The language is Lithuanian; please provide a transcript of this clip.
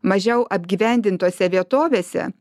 mažiau apgyvendintose vietovėse